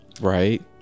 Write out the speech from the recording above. right